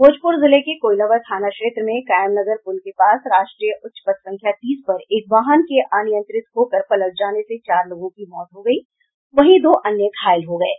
भोजपुर जिले के कोइलवर थाना क्षेत्र में कायमनगर पुल के पास राष्ट्रीय उच्चपथ संख्या तीस पर एक वाहन के अनियंत्रित हो कर पलटने से चार लोगों की मौत हो गयी वहीं दो अन्य घायल हो गये